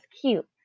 cute